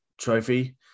trophy